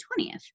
20th